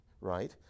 right